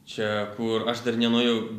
čia kur aš dar nenuėjau